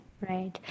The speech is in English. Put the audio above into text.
right